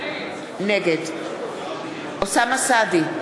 נגד אוסאמה סעדי,